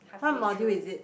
what module is it